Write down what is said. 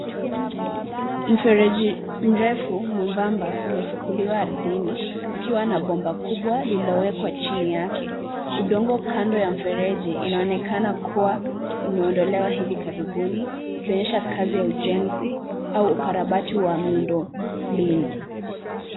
Mfereji mrefu mwembamba umefukuliwa ardhini, ukiwa na bomba kubwa lililowekwa chini yake. Udongo kando ya mfereji inaonekana kuwa umeondolewa hivi karibuni, ikionyesha kazi ya ujenzi au ukarabati wa miundombinu.